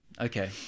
okay